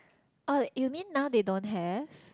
oh you mean now they don't have